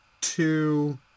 two